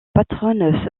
patronne